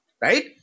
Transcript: Right